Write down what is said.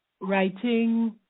writing